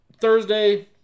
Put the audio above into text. Thursday